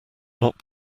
not